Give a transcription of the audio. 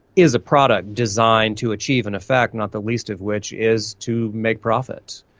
is a product designed to achieve an effect, not the least of which is to make profits.